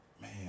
man